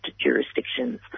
jurisdictions